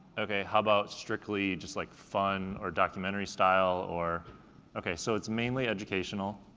okay, how about strictly just like fun or documentary style or okay, so it's mainly educational.